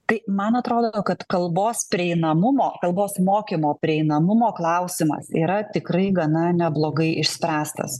tai man atrodo kad kalbos prieinamumo kalbos mokymo prieinamumo klausimas yra tikrai gana neblogai išspręstas